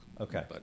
okay